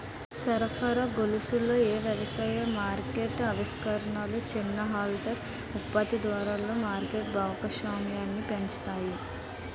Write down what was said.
సరఫరా గొలుసులలో ఏ వ్యవసాయ మార్కెట్ ఆవిష్కరణలు చిన్న హోల్డర్ ఉత్పత్తిదారులలో మార్కెట్ భాగస్వామ్యాన్ని పెంచుతాయి?